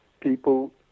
people